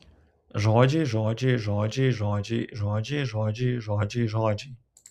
žodžiai žodžiai žodžiai žodžiai žodžiai žodžiai žodžiai žodžiai